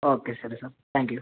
okay ശരി sir thank U